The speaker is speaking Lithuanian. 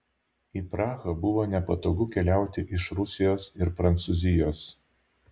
į prahą buvo nepatogu keliauti iš rusijos ir prancūzijos